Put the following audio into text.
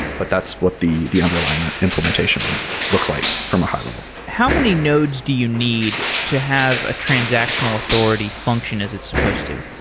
but that's what the the underlying and implementation looks like from a high-level. how many nodes do you need to have a transactional authority function as it's supposed to?